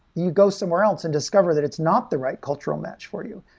you go somewhere else and discover that it's not the right cultural match for you.